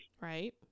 Right